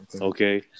okay